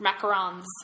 Macarons